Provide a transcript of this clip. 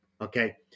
Okay